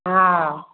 हँ